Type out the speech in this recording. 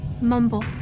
Mumble